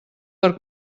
per